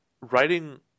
Writing